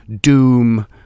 doom